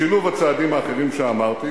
בשילוב הצעדים האחרים שאמרתי,